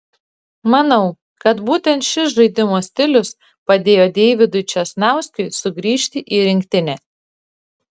manau kad būtent šis žaidimo stilius padėjo deividui česnauskiui sugrįžti į rinktinę